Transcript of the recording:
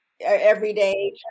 everyday